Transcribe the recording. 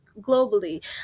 globally